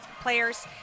players